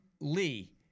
Lee